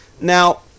Now